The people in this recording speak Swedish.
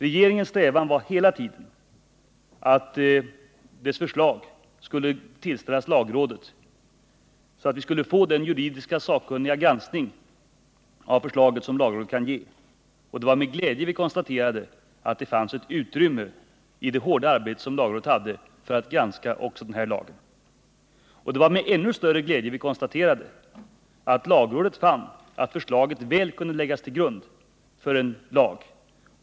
Regeringens strävan var hela tiden att dess förslag skulle tillställas lagrådet, så att vi skulle få den juridiska och sakkunniga granskning av förslaget som lagrådet kan ge. Det var därför med glädje vi konstaterade att det i det hårda arbete som lagrådet hade fanns ett utrymme för att granska också den här lagen. Och det var med ännu större glädje som vi konstaterade att lagrådet fann att förslaget mycket väl kunde läggas till grund för en lag.